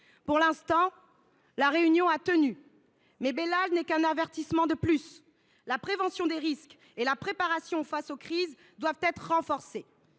Pour l’instant, La Réunion a tenu, mais Belal n’est qu’un avertissement de plus. La prévention des risques et la préparation face aux crises doivent être renforcées.